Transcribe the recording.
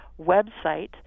website